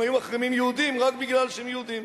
אם היו מחרימים יהודים רק מפני שהם יהודים?